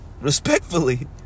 Respectfully